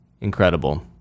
Incredible